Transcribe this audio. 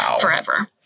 forever